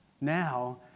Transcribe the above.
Now